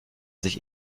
sich